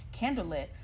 candlelit